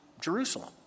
Jerusalem